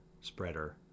spreader